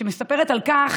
שמספרת על כך